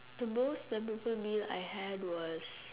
the most memorable meal I had was